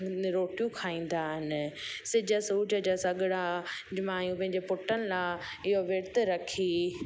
रोटियूं खाईंदा आहिनि सिॼ सूज जा सगिड़ा माइयूं पंहिंजे पुटनि लाइ इहो विर्तु रखी